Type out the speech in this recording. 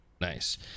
Nice